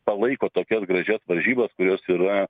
palaiko tokias gražias varžybas kurios yra